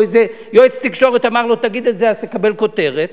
או איזה יועץ תקשורת אמר לו: תגיד את זה אז תקבל כותרת,